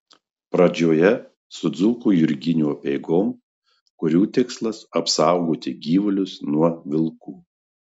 pradžioje su dzūkų jurginių apeigom kurių tikslas apsaugoti gyvulius nuo vilkų